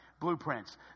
Blueprints